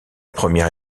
première